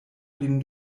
lin